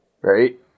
right